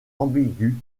ambigu